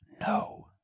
No